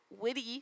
witty